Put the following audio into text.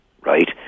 Right